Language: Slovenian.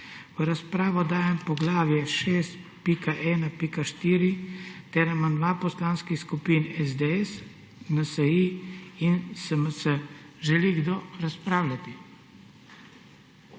V razpravo dajem poglavje 6.1.4 ter amandma poslanskih skupin SDS, NSi in SMC. Želi kdo razpravljati?